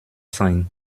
sein